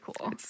cool